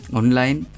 online